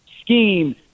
Scheme